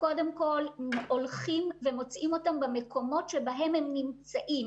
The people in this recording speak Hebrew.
שקודם כל הולכים למקומות שבהם הם נמצאים.